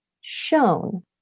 shown